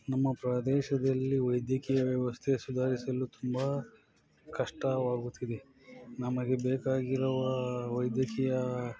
ನಮ್ಮ ಪ್ರದೇಶದಲ್ಲಿ ವೈದ್ಯಕೀಯ ವ್ಯವಸ್ಥೆ ಸುಧಾರಿಸಲು ತುಂಬ ಕಷ್ಟವಾಗುತ್ತಿದೆ ನಮಗೆ ಬೇಕಾಗಿರುವ ವೈದ್ಯಕೀಯ